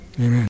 Amen